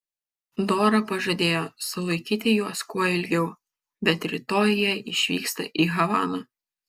dora pažadėjo sulaikyti juos kuo ilgiau bet rytoj jie išvyksta į havaną